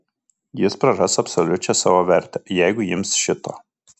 jis praras absoliučią savo vertę jeigu ims šito